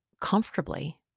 comfortably